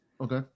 Okay